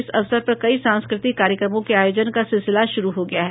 इस अवसर पर कई सांस्कृतिक कार्यक्रमों के आयोजन का सिलसिला शुरू हो गया है